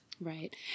Right